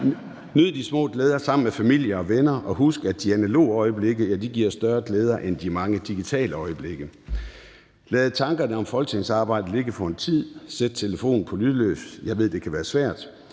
Nyd de små glæder sammen med familie og venner, og husk, at de analoge øjeblikke giver større glæder end de mange digitale øjeblikke. Lad tankerne om folketingsarbejdet ligge for en tid, og sæt telefonen på lydløs. Jeg ved, det kan være svært.